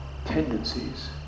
tendencies